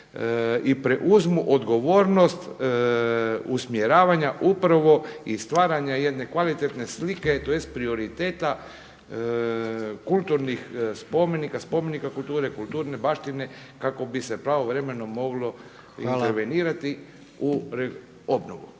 i preuzmu odgovornost usmjeravanja upravo i stvaranja jedne kvalitetne slike, tj. prioriteta kulturnih spomenika, spomenika kulture, kulturne baštine kako bi se pravovremeno moglo intervenirati u obnovu.